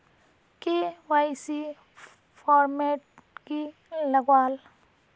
KYC format की लगावल?